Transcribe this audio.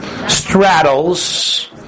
straddles